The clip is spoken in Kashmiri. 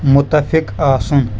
مُتَفِق آسُن